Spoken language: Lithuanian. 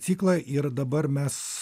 ciklą yra dabar mes